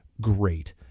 great